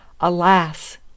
Alas